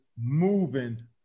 moving